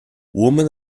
women